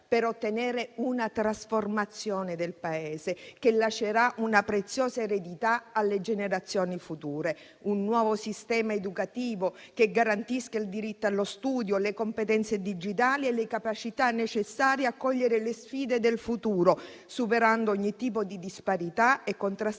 per ottenere una trasformazione del Paese che lascerà una preziosa eredità alle generazioni future: un nuovo sistema educativo che garantisca il diritto allo studio, le competenze digitali e le capacità necessarie a cogliere le sfide del futuro, superando ogni tipo di disparità e contrastando